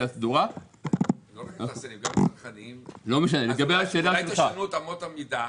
הסדורה --- אולי תשנו את אמות המידה?